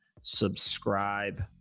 subscribe